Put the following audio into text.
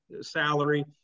salary